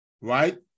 right